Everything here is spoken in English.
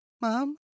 Mom